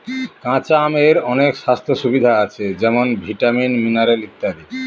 কাঁচা আমের অনেক স্বাস্থ্য সুবিধা আছে যেমন ভিটামিন, মিনারেল ইত্যাদি